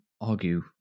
argue